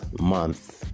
month